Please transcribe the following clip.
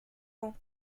pan